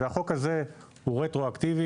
והחוק הזה הוא רטרואקטיבי.